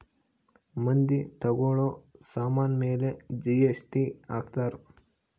ಮಂದಿ ತಗೋಳೋ ಸಾಮನ್ ಮೇಲೆ ಜಿ.ಎಸ್.ಟಿ ಹಾಕ್ತಾರ್